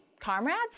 Comrades